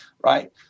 right